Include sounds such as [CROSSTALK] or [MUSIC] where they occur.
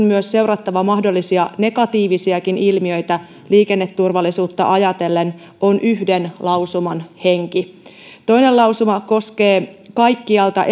[UNINTELLIGIBLE] myös seurattava mahdollisia negatiivisiakin ilmiöitä liikenneturvallisuutta ajatellen tämä on yhden lausuman henki toinen lausuma koskee kaikkialta [UNINTELLIGIBLE]